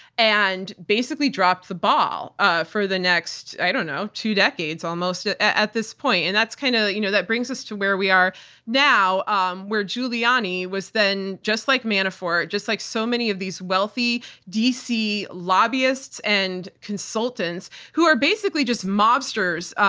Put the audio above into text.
and basically dropped the ball ah for the next, i don't know, two decades almost at at this point. and that's kinda kind of you know that brings us to where we are now um where giuliani was then, just like manafort, just like so many of these wealthy dc lobbyists and consultants who are basically just mobsters,